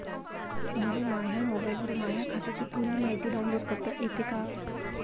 मले माह्या मोबाईलवर माह्या खात्याची पुरी मायती डाऊनलोड करता येते का?